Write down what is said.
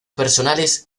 personales